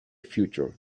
future